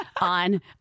on